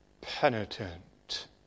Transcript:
penitent